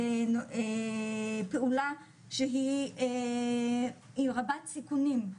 זו פעולה שהיא רבת סיכונים,